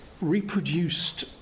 reproduced